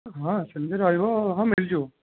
ହଁ ସେମିତି ରହିବ ହଁ ମିଳିଯିବ